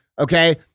okay